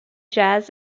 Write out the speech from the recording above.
jazz